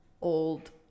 old